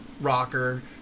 rocker